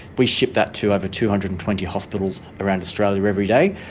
we ship that to over two hundred and twenty hospitals around australia every day.